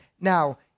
Now